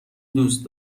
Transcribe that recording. دوست